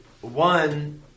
one